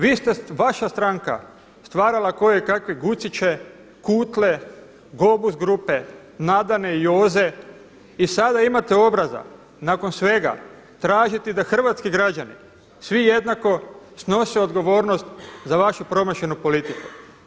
Vaša stranka stvarala je kojekakve Guciće, Kutle, Globus grupe, Nadane, Joze i sada imate obraza nakon svega tražiti da hrvatski građani svi jednako snose odgovornost za vašu promašenu politiku.